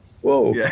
Whoa